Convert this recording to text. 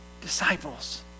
Disciples